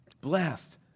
Blessed